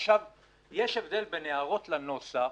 יש הבדל בין הערות לנוסח,